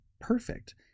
perfect